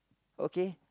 okay